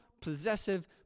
possessive